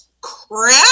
crap